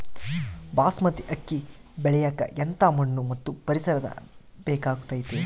ಬಾಸ್ಮತಿ ಅಕ್ಕಿ ಬೆಳಿಯಕ ಎಂಥ ಮಣ್ಣು ಮತ್ತು ಪರಿಸರದ ಬೇಕಾಗುತೈತೆ?